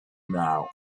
now